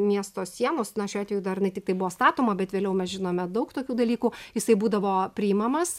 miesto sienos na šiuo atveju dar jinai tiktai buvo statoma bet vėliau mes žinome daug tokių dalykų jisai būdavo priimamas